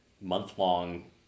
month-long